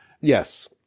Yes